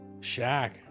Shaq